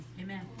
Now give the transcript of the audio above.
Amen